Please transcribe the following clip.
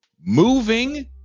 moving